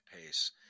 pace